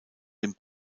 den